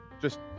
Just-